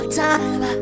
time